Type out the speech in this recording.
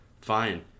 fine